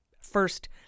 first